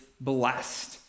blessed